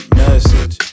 message